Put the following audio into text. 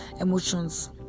emotions